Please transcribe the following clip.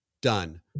done